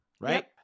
right